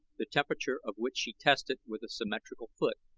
the temperature of which she tested with a symmetrical foot,